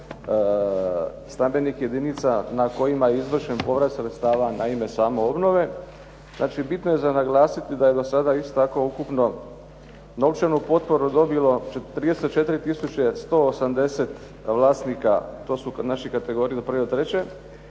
stambenih jedinica na kojima je izvršen povrat sredstava na ime same obnove. Znači, bitno je za naglasiti da je do sada isto tako ukupno novčanu potporu dobilo 34180 vlasnika. To su naše kategorije od prve do treće